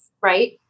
Right